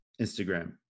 Instagram